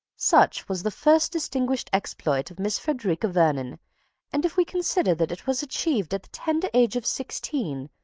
such was the first distinguished exploit of miss frederica vernon and, if we consider that it was achieved at the tender age of sixteen,